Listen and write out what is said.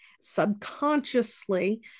subconsciously